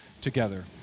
together